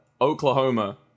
Oklahoma